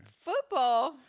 Football